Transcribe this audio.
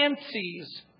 fancies